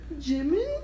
Jimmy